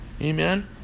Amen